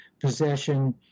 possession